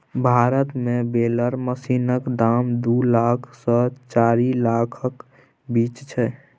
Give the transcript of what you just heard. भारत मे बेलर मशीनक दाम दु लाख सँ चारि लाखक बीच छै